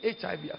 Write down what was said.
HIV